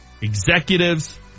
executives